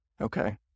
Okay